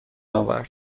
آورد